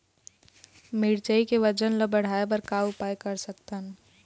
मिरचई के वजन ला बढ़ाएं बर का उपाय कर सकथन?